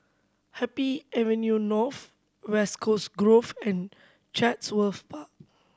Happy Avenue North West Coast Grove and Chatsworth Park